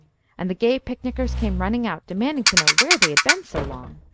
and the gay picnickers came running out, demanding to know where they had been so long.